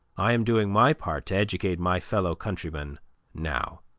i am doing my part to educate my fellow countrymen now.